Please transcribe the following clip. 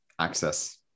access